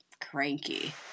cranky